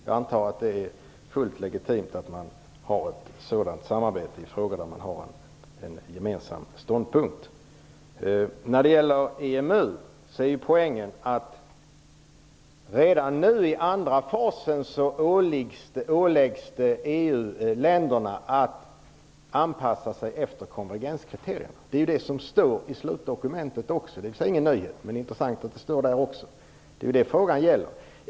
Jag antar att det är fullt legitimt med ett sådant samarbete i frågor där man har en gemensam ståndpunkt. När det gäller EMU är poängen att redan nu i andra fasen åläggs EU-länderna att anpassa sig efter konvergenskriterierna. Det står också i slutdokumentet. Det är i och för sig ingen nyhet, men det är intressant att det står även där. Det är detta frågan gäller.